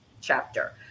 chapter